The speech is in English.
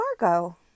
Margot